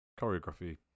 choreography